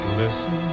listen